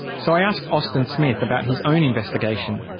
so i asked austin smith about his own investigation.